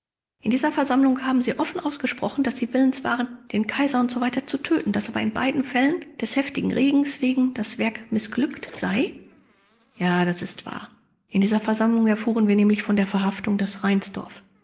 in dieser versammlung haben sie offen ausgesprochen daß sie willens waren den kaiser usw zu töten daß aber in beiden fällen des heftigen regens wegen das werk mißglückt sei k ja das ist wahr in dieser versammlung erfuhren wir nämlich von der verhaftung des